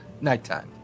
nighttime